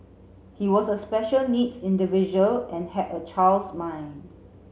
he was a special needs individual and had a child's mind